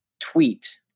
tweet